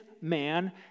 man